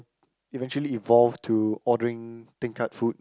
eventually evolved to ordering tingkat food